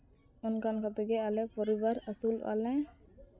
ᱚᱱᱠᱟ ᱠᱟᱛᱮᱫ ᱜᱮ ᱟᱞᱮ ᱯᱚᱨᱤᱵᱟᱨ ᱟᱹᱥᱩᱞᱚᱜᱼᱟᱞᱮ